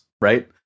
right